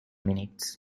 minutes